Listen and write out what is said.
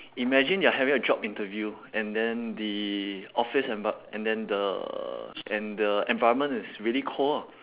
imagine you're having a job interview and then the office and b~ and then the and the environment is really cold ah